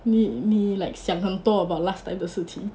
你你 like 想很多 about last time 的事情